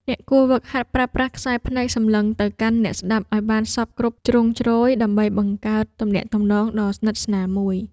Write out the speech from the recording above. អ្នកគួរហ្វឹកហាត់ប្រើប្រាស់ខ្សែភ្នែកសម្លឹងទៅកាន់អ្នកស្ដាប់ឱ្យបានសព្វគ្រប់ជ្រុងជ្រោយ ដើម្បីបង្កើតទំនាក់ទំនងដ៏ស្និទ្ធស្នាលមួយ។